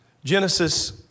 Genesis